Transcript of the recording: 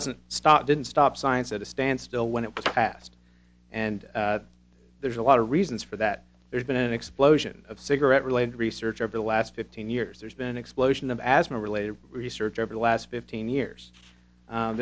doesn't stop didn't stop science at a stand still when it was passed and there's a lot of reasons for that there's been an explosion of cigarette related research over the last fifteen years there's been an explosion of asthma related research over the last fifteen years